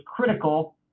critical